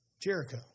Jericho